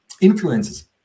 influences